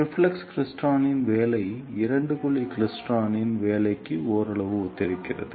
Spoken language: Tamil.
ரிஃப்ளெக்ஸ் கிளைஸ்ட்ரானின் வேலை இரண்டு குழி கிளைஸ்ட்ரானின் வேலைக்கு ஓரளவு ஒத்திருக்கிறது